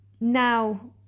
Now